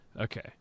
Okay